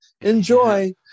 Enjoy